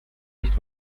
nicht